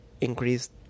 increased